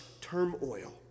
turmoil